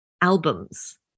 albums